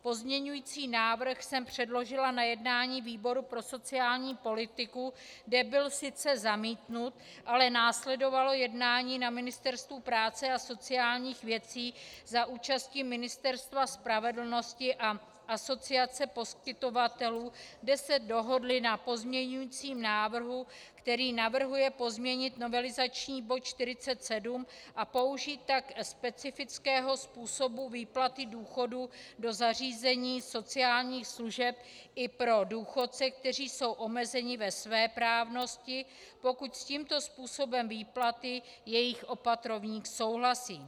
Pozměňující návrh jsem předložila na jednání výboru pro sociální politiku, kde byl sice zamítnut, ale následovalo jednání na Ministerstvu práce a sociálních věcí za účasti Ministerstva spravedlnosti a asociace poskytovatelů, kde se dohodli na pozměňovacím návrhu, který navrhuje pozměnit novelizační bod 47 a použít tak specifického způsobu výplaty důchodu do zařízení sociálních služeb i pro důchodce, kteří jsou omezeni ve svéprávnosti, pokud s tímto způsobem výplaty jejich opatrovník souhlasí.